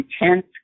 intense